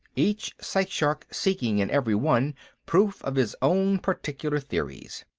each psych-shark seeking in every one proof of his own particular theories.